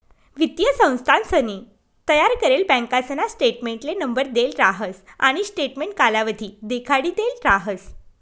वित्तीय संस्थानसनी तयार करेल बँकासना स्टेटमेंटले नंबर देल राहस आणि स्टेटमेंट कालावधी देखाडिदेल राहस